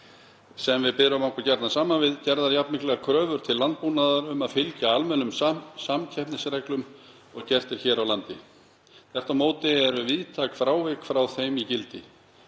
sem við berum okkur gjarnan saman við, gerðar jafnmiklar kröfur til landbúnaðar um að fylgja almennum samkeppnisreglum og gert er hér á landi. Þvert á móti eru víðtæk frávik frá þeim í gildi.